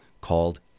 called